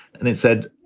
and it said,